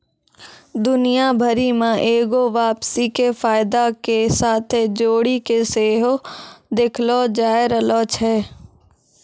दुनिया भरि मे एगो वापसी के फायदा के साथे जोड़ि के सेहो देखलो जाय रहलो छै